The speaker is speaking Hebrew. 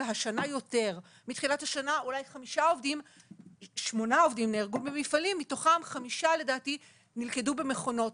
שמונה עובדים נהרגו במפעלים מתוכם נלכדו במכונות,